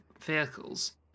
vehicles